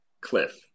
cliff